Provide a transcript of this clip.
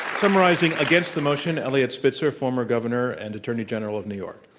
summarizing against the motion, eliot spitzer, former governor and attorney general of new york.